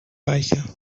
reicher